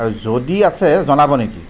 আৰু যদি আছে জনাব নেকি